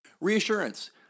Reassurance